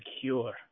cure